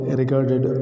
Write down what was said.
regarded